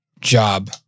job